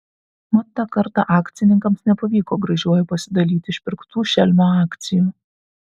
mat tą kartą akcininkams nepavyko gražiuoju pasidalyti išpirktų šelmio akcijų